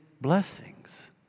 blessings